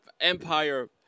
Empire